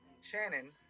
Shannon